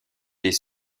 des